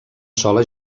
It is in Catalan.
sola